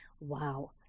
wow